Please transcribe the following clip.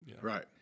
Right